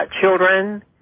children